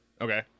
Okay